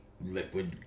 liquid